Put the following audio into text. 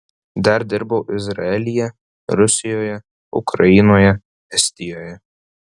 dar dirbau izraelyje rusijoje ukrainoje estijoje